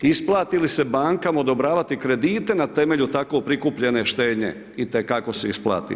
Isplati li se bankama odobravati kredite na temelju tako prikupljene štednje i te kako se isplati.